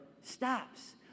stops